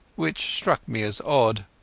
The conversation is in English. which struck me as odd.